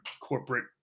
corporate